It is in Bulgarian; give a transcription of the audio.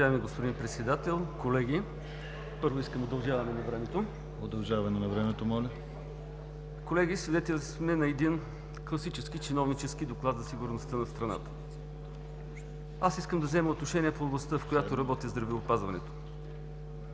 Удължаване на времето, моля. ГЕОРГИ ЙОРДАНОВ: Колеги, свидетели сме на един класически чиновнически доклад за сигурността на страната. Аз искам да взема отношение в областта, в която работя – здравеопазването.